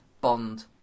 Bond